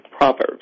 Proverbs